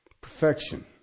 perfection